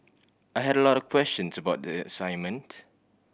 I had a lot of questions about the assignment